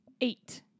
Eight